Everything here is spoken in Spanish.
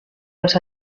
los